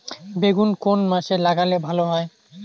বেগুন কোন মাসে লাগালে ভালো হয়?